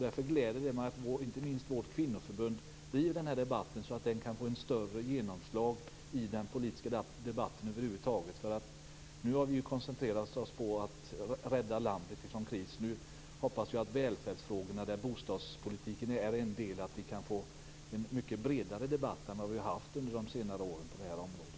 Därför gläder det mig att inte minst vårt kvinnoförbund driver den här debatten så att den kan få större genomslag i den politiska debatten över huvud taget. Nu har vi koncentrerat oss på att rädda landet från kris. Nu hoppas vi på välfärdsfrågorna, där bostadspolitiken är en del, och på att vi kan få en mycket bredare debatt än vad vi har haft under senare år på det här området.